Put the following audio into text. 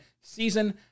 season